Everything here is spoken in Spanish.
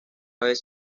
vez